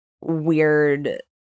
weird